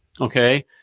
okay